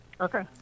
okay